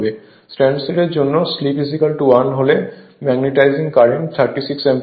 stand still এর জন্য স্লিপ1 হলে ম্যাগনেটাইজিং কারেন্ট 36 অ্যাম্পিয়ার হয়